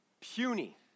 Puny